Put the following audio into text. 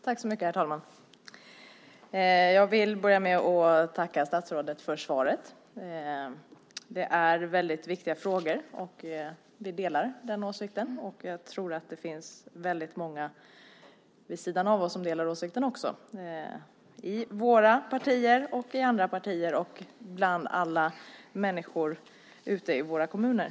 Herr talman! Jag vill börja med att tacka statsrådet för svaret. Det är väldigt viktiga frågor. Vi delar den åsikten. Jag tror att det finns väldigt många vid sidan av oss som också delar åsikten i våra partier, i andra partier och bland alla människor ute i våra kommuner.